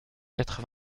quatre